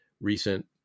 recent